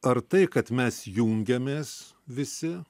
ar tai kad mes jungiamės visi